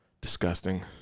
Disgusting